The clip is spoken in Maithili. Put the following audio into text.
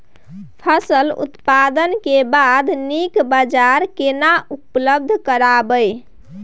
फसल उत्पादन के बाद नीक बाजार केना उपलब्ध कराबै?